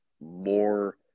more